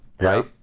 Right